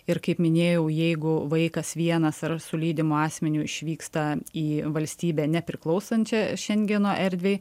ir kaip minėjau jeigu vaikas vienas ar su lydymu asmeniu išvyksta į valstybę nepriklausančią šengeno erdvei